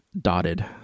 dotted